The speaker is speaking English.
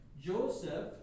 Joseph